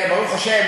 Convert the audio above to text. כן, ברוך השם.